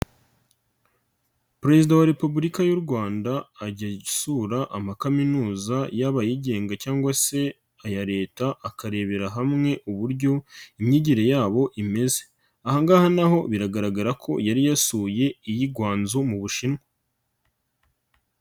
Perezida wa repubulika y'u Rwanda ajya asura amakaminuza y'aba ayigenga cyangwa se aya Leta akarebera hamwe uburyo imyigire yabo imeze, aha ngaha na ho biragaragara ko yari yasuye iyi Gwanzo mu Bushinwa.